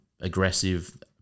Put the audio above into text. aggressive